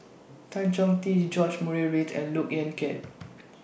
Tan Chong Tee George Murray Reith and Look Yan Kit